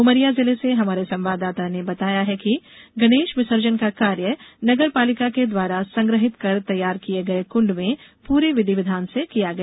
उमरिया जिले से हमारे संवाददाता ने बताया है कि गणेश विसर्जन का कार्य नगरपालिका के द्वारा संग्रहित कर तैयार किये गये कुंड में पूरी विधि विधान से किया गया